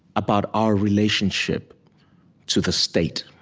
about our relationship to the state,